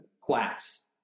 quacks